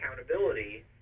accountability